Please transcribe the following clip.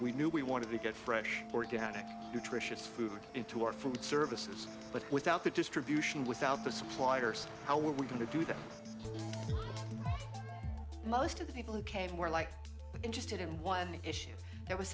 we knew we wanted to get fresh organic nutritious food into our food services but without the distribution without the suppliers how were we going to do that most of the people who came were like interested in one issue there was